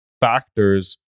factors